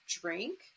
Drink